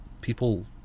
people